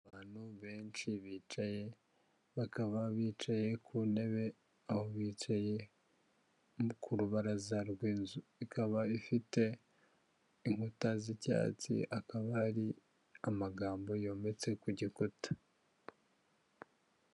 Abantu benshi bicaye, bakaba bicaye ku ntebe aho bicaye ku rubaraza rw'inzu, ikaba ifite inkuta z'icyatsi, akaba ari amagambo yometse ku gikuta.